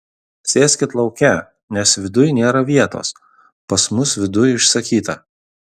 sėskit lauke nes viduj nėra vietos pas mus viduj užsakyta